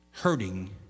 Hurting